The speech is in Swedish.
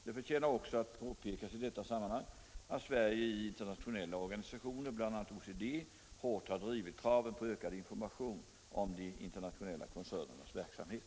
Det förtjänar också att påpekas i detta sammanhang att Sverige i internationella organisationer, bl.a. OECD, hårt har drivit kraven på ökad information om de internationella koncernernas verksamhet.